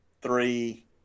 three